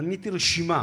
בניתי רשימה